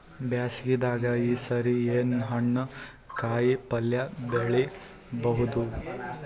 ಬ್ಯಾಸಗಿ ದಾಗ ಈ ಸರಿ ಏನ್ ಹಣ್ಣು, ಕಾಯಿ ಪಲ್ಯ ಬೆಳಿ ಬಹುದ?